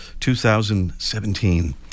2017